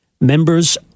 members